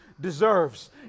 deserves